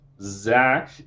Zach